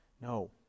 No